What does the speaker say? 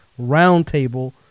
Roundtable